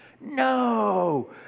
no